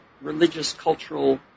religious-cultural